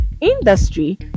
industry